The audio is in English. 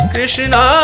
Krishna